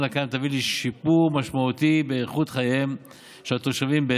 הקיים תביא לשיפור משמעותי באיכות חייהם של התושבים.